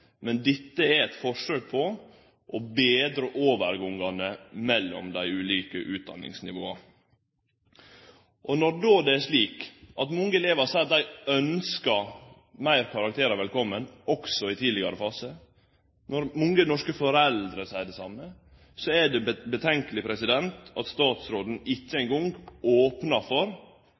men dette er eit forsøk på å betre overgangane mellom dei ulike utdanningsnivåa. Når det då er slik at mange elevar seier at dei ønskjer meir karakterar velkomen, òg i tidlegare fase, og når mange norske foreldre seier det same, er det urovekkjande at statsråden ikkje eingong opnar for